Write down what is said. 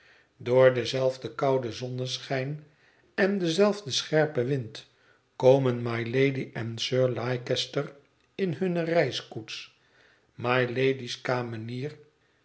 door denzelfden kouden zonneschijn en denzelfden scherpen wind komen mylady en sir leicester in hunne reiskoets mylady's kamenier